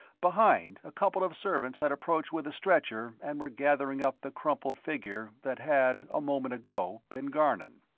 behind, a couple of servants had approached with a stretcher and were gathering up the crumpled figure that had, a moment ago, been garnon.